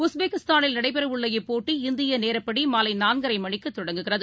உஸ்பெகிஸ்தானில் நடைபெறவுள்ள இப்போட்டி இந்தியநேரப்படிமாலைநான்கரைமணிக்குதொடங்குகிறது